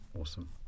Awesome